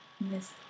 Miss